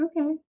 okay